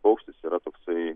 paukštis yra toksai